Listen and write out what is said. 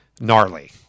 gnarly